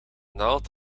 naald